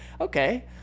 Okay